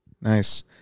Nice